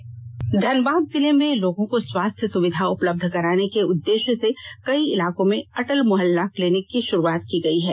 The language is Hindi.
स्पेषल स्टोरी धनबाद धनबाद जिले में लोगों को स्वास्थ्य सुविधा उपलब्ध कराने के उद्देष्य से कई इलाकों में अटल मुहल्ला क्लीनिक की शुरुआत की गई है